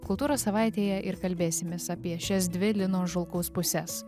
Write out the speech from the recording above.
kultūros savaitėje ir kalbėsimės apie šias dvi lino žulkaus puses